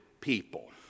people